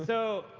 so,